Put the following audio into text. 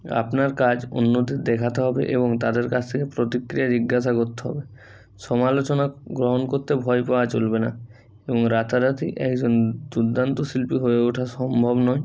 আপনার কাজ অন্যদের দেখাতে হবে এবং তাদের কাছ থেকে প্রতিক্রিয়া জিজ্ঞাসা করতে হবে সমালোচনা গ্রহণ করতে ভয় পাওয়া চলবে না এবং রাতারাতি একজন দুর্দান্ত শিল্পী হয়ে ওঠা সম্ভব নয়